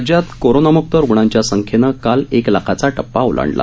राज्यात कोरोनामुक्त रुग्णांच्या संख्येनं काल एक लाखाचा टप्पा ओलांडला